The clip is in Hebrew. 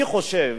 אני חושב